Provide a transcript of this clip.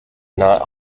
not